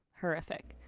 horrific